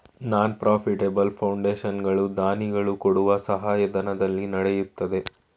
ನಾನ್ profitable foundation ಗಳು ದಾನಿಗಳು ಕೊಡುವ ಸಹಾಯಧನದಲ್ಲಿ ನಡೆಯುತ್ತದೆ